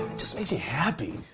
just makes me happy.